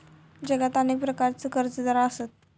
जगात अनेक प्रकारचे कर्जदार आसत